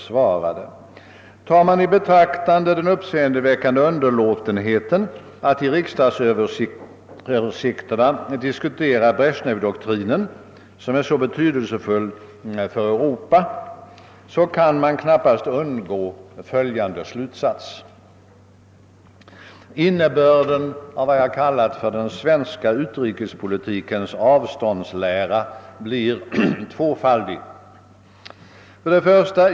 Om man tar i betraktande den uppseendeväckande underlåtenheten att i riksdagsöversikterna diskutera Brezjnevdoktrinen, som är så betydelsefull för Europa, kan man knappast undgå följande slutsats. Innebörden av vad jag kallat för den svenska utrikespolitikens avståndslära blir tvåfaldig. 1.